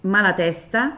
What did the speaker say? Malatesta